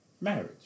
Marriage